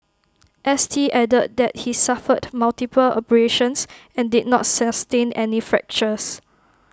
S T added that he suffered multiple abrasions and did not sustain any fractures